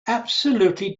absolutely